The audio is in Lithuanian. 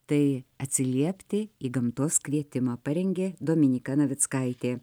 tai atsiliepti į gamtos kvietimą parengė dominyka navickaitė